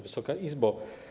Wysoka Izbo!